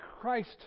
Christ